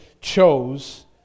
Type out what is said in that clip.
chose